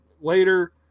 later